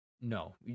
No